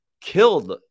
Killed